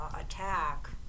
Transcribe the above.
attack